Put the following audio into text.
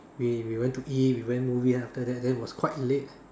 we we went to eat we went movie and after that then it was quite late